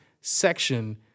section